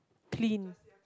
clean